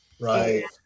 right